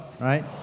right